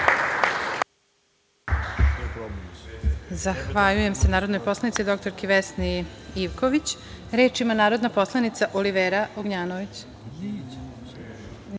Zahvaljujem se narodnoj poslanici dr Vesni Ivković. Reč ima narodna poslanica Olivera Ognjanović.